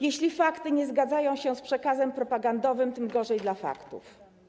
Jeśli fakty nie zgadzają się z przekazem propagandowym, tym gorzej dla faktów.